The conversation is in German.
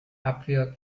abwehr